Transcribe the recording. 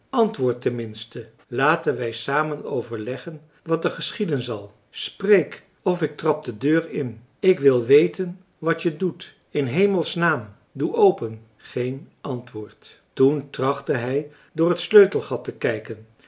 ten minste laten wij samen overleggen wat er geschieden zal spreek of ik trap de deur in ik wil weten wat je doet in s hemelsnaam doe open geen antwoord toen trachtte hij door het sleutelgat te kijken